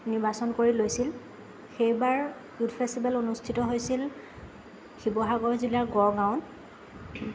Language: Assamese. নিৰ্বাচন কৰি লৈছিল সেইবাৰ ফুড ফেষ্টিভেল অনুষ্ঠিত হৈছিল শিৱসাগৰ জিলাৰ গড়গাঁৱত